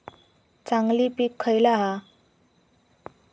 चांगली पीक खयला हा?